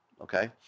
okay